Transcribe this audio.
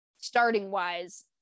starting-wise